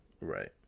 right